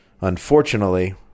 unfortunately